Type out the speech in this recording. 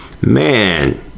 man